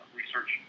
research